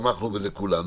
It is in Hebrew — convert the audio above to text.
ותמכנו בזה כולנו.